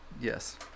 Yes